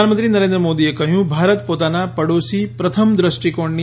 પ્રધાનમંત્રી નરેન્દ્ર મોદીએ કહ્યું ભારત પોતાના પડોશી પ્રથમ દ્રષ્ટિકોણની